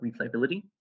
replayability